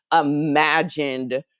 imagined